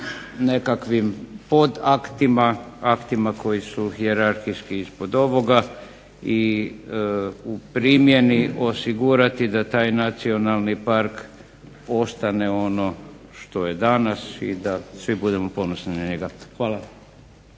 nekakvim podaktima, aktima koji su hijerarhijski ispod ovoga i u primjeni osigurati da taj nacionalni park ostane ono što je danas i da svi budemo ponosni na njega. Hvala.